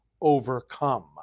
overcome